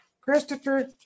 Christopher